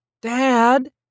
Dad